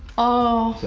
oh,